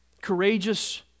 Courageous